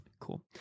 cool